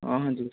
ହଁ ହଁ